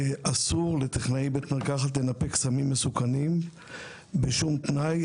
אסור לטכנאי בית מרקחת לנפק סמים מסוימים בשום תנאי,